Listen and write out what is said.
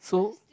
so